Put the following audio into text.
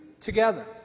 together